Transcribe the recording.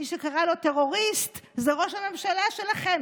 מי שקרא לו טרוריסט זה ראש הממשלה שלכם,